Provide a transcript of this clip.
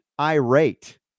irate